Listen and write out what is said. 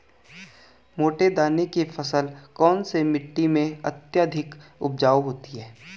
मोटे दाने की फसल कौन सी मिट्टी में अत्यधिक उपजाऊ होती है?